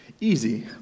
Easy